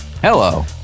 Hello